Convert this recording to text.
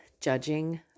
judging